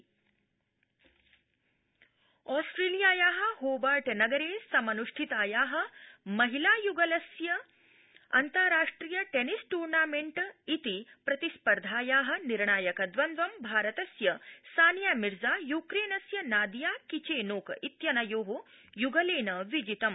tennis ऑस्ट्रेलियाया होबा िगरे समनुष्ठितया महिलायुगलस्य अन्ताराष्ट्रिय प्रिस् र्जिमेन इति प्रितस्पर्धाया निर्णायक द्वन्द्वं भारतस्य सानियामिर्ज़ा यूक्रेनस्य नादिया किचेनोक इत्यनयो युगलेन विजितम्